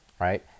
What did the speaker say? Right